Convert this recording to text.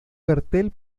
cartel